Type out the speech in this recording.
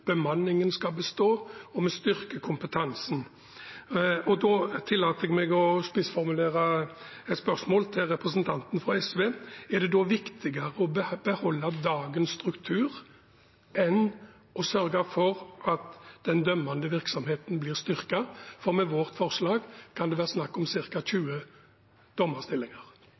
bemanningen skal bestå, og vi styrker kompetansen. Da tillater jeg meg å spissformulere et spørsmål til representanten fra SV: Er det da viktigere å beholde dagens struktur enn å sørge for at den dømmende virksomheten blir styrket? For med vårt forslag kan det være snakk om ca. 20 dommerstillinger.